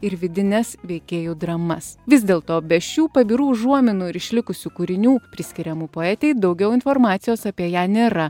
ir vidines veikėjų dramas vis dėlto be šių pabirų užuominų ir išlikusių kūrinių priskiriamu poetei daugiau informacijos apie ją nėra